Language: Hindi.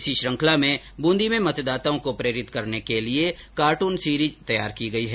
इसी श्रृंखला में बूंदी में मतदाताओं को प्रेरित करने के लिए कार्टून सीरीज तैयार की गई है